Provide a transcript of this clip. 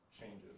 changes